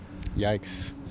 Yikes